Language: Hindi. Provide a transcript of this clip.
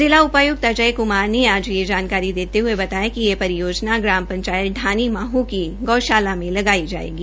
जिला उपायक्त अजय कुमार ने आज यह जानकारी देते हये बताया कि यह परियोजना ग्राम पंचायत आणी माह की गौशाला में लगाई जायेगी